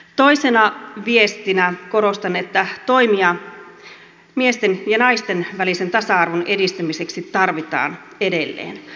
toisena viestinä korostan että toimia miesten ja naisten välisen tasa arvon edistämiseksi tarvitaan edelleen